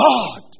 God